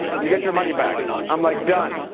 you get your money back. i'm like done.